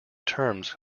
terms